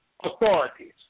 authorities